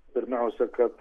pirmiausia kad